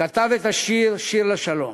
כתב את השיר "שיר לשלום"